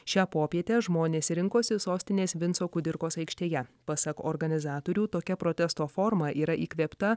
šią popietę žmonės rinkosi sostinės vinco kudirkos aikštėje pasak organizatorių tokia protesto forma yra įkvėpta